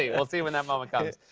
see. we'll see when that moment comes.